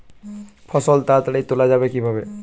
ফসল তাড়াতাড়ি তোলা যাবে কিভাবে?